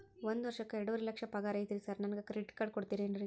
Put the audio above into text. ಒಂದ್ ವರ್ಷಕ್ಕ ಎರಡುವರಿ ಲಕ್ಷ ಪಗಾರ ಐತ್ರಿ ಸಾರ್ ನನ್ಗ ಕ್ರೆಡಿಟ್ ಕಾರ್ಡ್ ಕೊಡ್ತೇರೆನ್ರಿ?